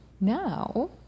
now